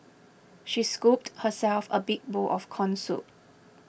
she scooped herself a big bowl of Corn Soup